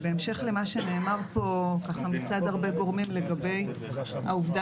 בהמשך למה שנאמר פה מצד הרבה גורמים לגבי העובדה